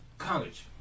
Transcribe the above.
college